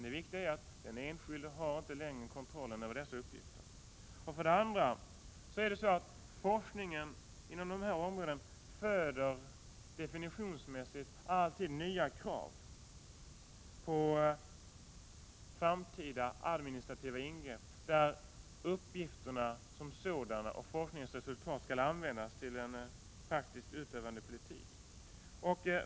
Det viktiga är att den enskilde inte längre har kontroll över dessa uppgifter. För det andra föder forskningen inom de här områdena definitionsmässigt alltid nya krav på framtida administrativa ingrepp. Uppgifterna som sådana och forskningsresultaten skall användas till en praktiskt utövad politik.